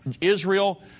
Israel